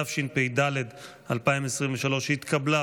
התשפ"ד 2023, נתקבל.